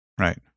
Right